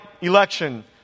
election